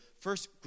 first